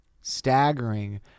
staggering